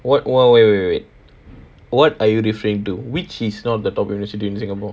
what what wait wait wait what are you referring to which is not the top university in singapore